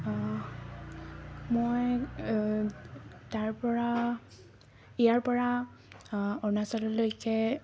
মই তাৰ পৰা ইয়াৰ পৰা অৰুণাচললৈকে